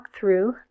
walkthrough